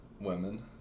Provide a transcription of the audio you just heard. Women